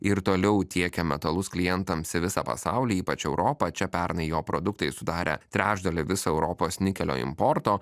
ir toliau tiekia metalus klientams į visą pasaulį ypač europą čia pernai jo produktai sudarė trečdalį viso europos nikelio importo